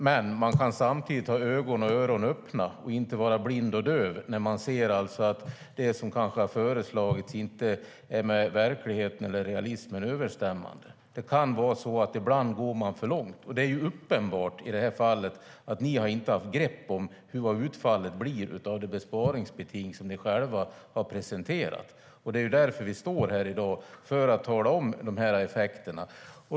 Men man kan samtidigt ha ögon och öron öppna och inte vara blind och döv när man ser att det som har föreslagits inte är med verkligheten eller realismen överensstämmande. Det kan vara så att man ibland går för långt. I detta fall är det uppenbart att ni inte har haft grepp om vad utfallet blir av det besparingsbeting som ni själva har presenterat. Det är därför vi står här i dag, för att tala om de effekterna.